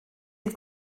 ein